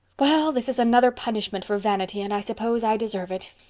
well, this is another punishment for vanity and i suppose i deserve it.